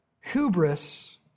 Hubris